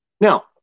Now